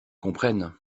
comprenne